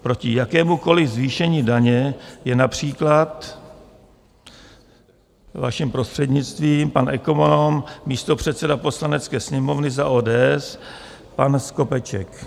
Proti jakémukoliv zvýšení daně je například, vaším prostřednictvím, pan ekonom, místopředseda Poslanecké sněmovny za ODS pan Skopeček.